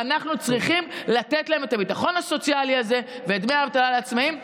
אנחנו צריכים לתת להם את הביטחון הסוציאלי הזה ואת דמי האבטלה לעצמאים.